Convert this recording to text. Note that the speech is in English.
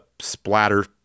splatter